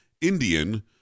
Indian